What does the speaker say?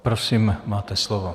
Prosím, máte slovo.